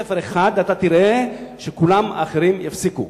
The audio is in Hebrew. בבית-ספר אחד, אתה תראה שכל האחרים יפסיקו.